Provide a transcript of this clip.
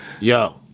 Yo